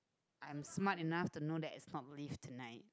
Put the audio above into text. I'm smart enough to know that it's not live tonight